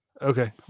Okay